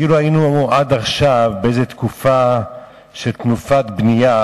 כאילו היינו עד עכשיו בתקופה של תנופת בנייה,